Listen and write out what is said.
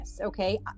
Okay